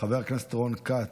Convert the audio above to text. חבר הכנסת רון כץ,